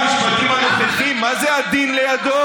למה אתה, שר המשפטים הנוכחי מה זה עדין לידו,